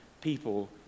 people